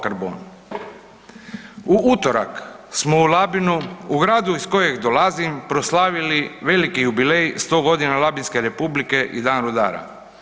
Karbon.“ U utorak smo u Labinu u gradu iz kojeg dolazim proslavili veliki jubilej 100.g. Labinske republike i dan rudara.